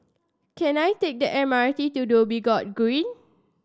can I take the M R T to Dhoby Ghaut Green